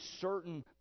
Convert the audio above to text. certain